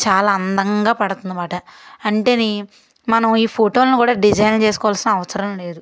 చాలా అందంగా పడుతుంది మాట అంటేని మనం ఈ ఫోటోలను కూడా డిజైన్ చేసుకోవాల్సిన అవసరం లేదు